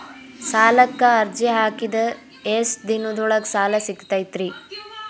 ಸಾಲಕ್ಕ ಅರ್ಜಿ ಹಾಕಿದ್ ಎಷ್ಟ ದಿನದೊಳಗ ಸಾಲ ಸಿಗತೈತ್ರಿ?